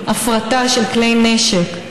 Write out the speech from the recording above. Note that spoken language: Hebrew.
הפרטה של כלי נשק,